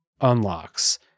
unlocks